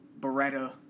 Beretta